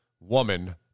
woman